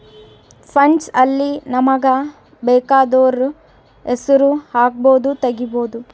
funds ಅಲ್ಲಿ ನಮಗ ಬೆಕಾದೊರ್ ಹೆಸರು ಹಕ್ಬೊದು ತೆಗಿಬೊದು